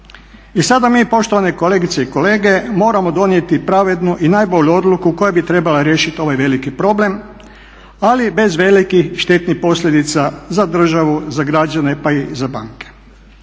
I sada mi poštovani kolegice i kolege, moramo donijeti pravednu i najbolju odluku koja bi trebala riješit ovaj veliki problem, ali bez velikih štetnih posljedica za državu, za građane pa i za banke.